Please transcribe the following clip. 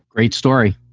great story.